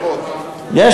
2,000 נאומים בני דקה.